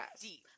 deep